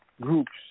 groups